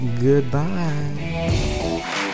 goodbye